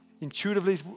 intuitively